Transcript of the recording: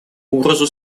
угрозу